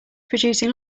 producing